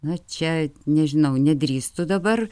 na čia nežinau nedrįstu dabar